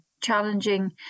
challenging